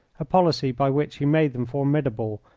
a policy by which he made them formidable,